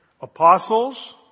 apostles